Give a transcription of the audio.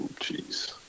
jeez